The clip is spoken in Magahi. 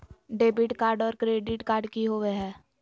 डेबिट कार्ड और क्रेडिट कार्ड की होवे हय?